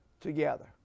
together